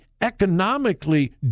economically